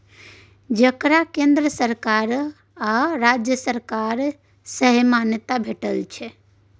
जकरा केंद्र सरकार आ राज्य सरकार सँ मान्यता भेटल छै